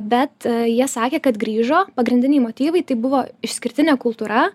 bet jie sakė kad grįžo pagrindiniai motyvai tai buvo išskirtinė kultūra